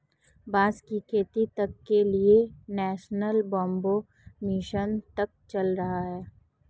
बांस की खेती तक के लिए नेशनल बैम्बू मिशन तक चल रहा है